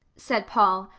said paul,